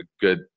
good